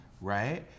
right